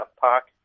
Park